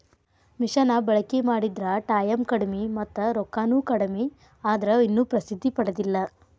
ಮಿಷನ ಬಳಕಿ ಮಾಡಿದ್ರ ಟಾಯಮ್ ಕಡಮಿ ಮತ್ತ ರೊಕ್ಕಾನು ಕಡಮಿ ಆದ್ರ ಇನ್ನು ಪ್ರಸಿದ್ದಿ ಪಡದಿಲ್ಲಾ